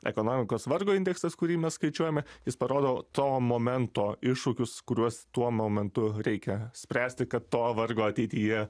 ekonomikos vargo indeksas kurį mes skaičiuojame jis parodo to momento iššūkius kuriuos tuo momentu reikia spręsti kad to vargo ateityje